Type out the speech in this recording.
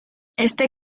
este